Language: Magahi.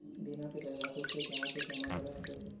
बीमा के पैसा खुद से जाहा के जमा करे होते की?